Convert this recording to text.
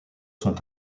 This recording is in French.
sont